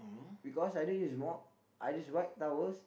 because I don't use mop I just white towels